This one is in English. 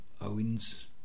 Owens